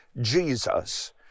Jesus